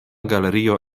galerio